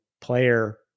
player